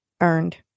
earned